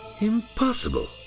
Impossible